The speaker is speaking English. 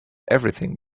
everything